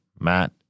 Matt